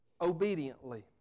obediently